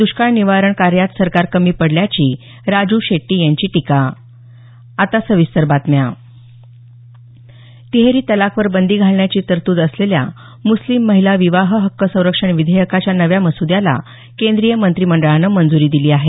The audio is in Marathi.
द्यष्काळ निवारण कार्यात सरकार कमी पडल्याची राजू शेट्टी यांची टीका तिहेरी तलाकवर बंदी घालण्याची तरतूद असलेल्या मुस्लिम महिला विवाह हक्क संरक्षण विधेयकाच्या नव्या मसुद्याला केंद्रीय मंत्रिमंडळानं मंजूरी दिली आहे